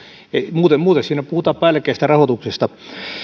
muuten muuten siinä puhutaan päällekkäisestä rahoituksesta